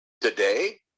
today